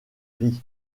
rit